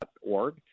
org